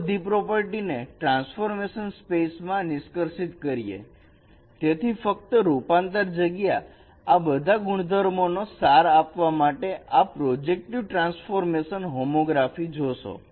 તો આ બધી પ્રોપર્ટી ને ટ્રાન્સપોર્ટેશન સ્પેસ માં નિષ્કર્ષિત કરીએતેથી ફક્ત રૂપાંતર જગ્યા આ બધા ગુણધર્મો નો સાર આપવા માટે આ પ્રોજેક્ટિવ ટ્રાન્સફોર્મેશન હોમોગ્રાફી જોશે